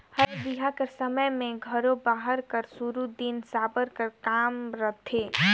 बर बिहा कर समे मे घलो बिहा कर सुरू दिन साबर कर काम रहथे